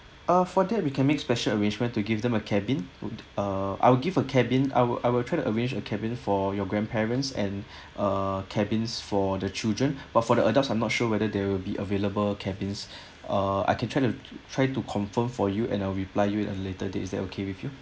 ah for that we can make special arrangement to give them a cabin would uh I'll give a cabin I will I will try to arrange a cabin for your grandparents and uh cabins for the children but for the adults I'm not sure whether there will be available cabins uh I can try to try to confirm for you and I'll reply you in a later date is that okay with you